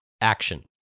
action